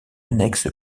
annexe